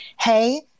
Hey